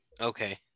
Okay